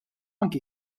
anke